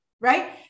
right